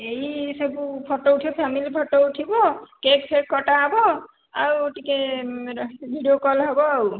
ଏଇ ସବୁ ଫଟୋ ଉଠିବ ଫ୍ୟାମିଲି ଫଟୋ ଉଠିବ କେକ୍ ଫେକ୍ କଟା ହେବ ଆଉ ଟିକେ ହେଟା ଭିଡ଼ିଓ କଲ ହେବ ଆଉ